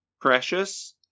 precious